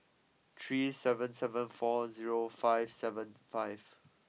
three seven seven four zero five seven five